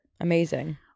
Amazing